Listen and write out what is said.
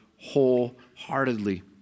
wholeheartedly